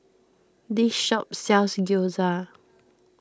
this shop sells Gyoza